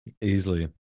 easily